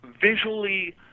visually